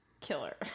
killer